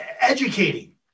Educating